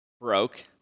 Broke